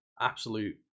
Absolute